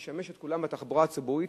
שישמש את כולם בתחבורה הציבורית,